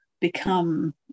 become